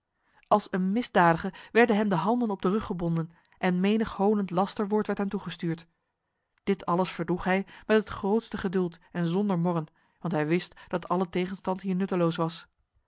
als een misdadige werden hem de handen op de rug gebonden en menig honend lasterwoord werd hem toegestuurd dit alles verdroeg hij met het grootste geduld en zonder morren want hij wist dat alle tegenstand hier nutteloos was